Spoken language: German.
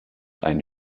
einen